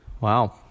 wow